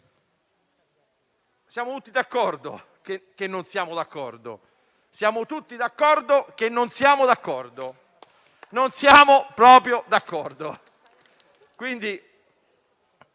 Siamo tutti d'accordo che non siamo d'accordo